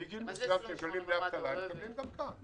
מגיל מסוים מקבלים דמי אבטלה הם מקבלים גם כאן.